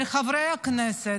של חברי הכנסת.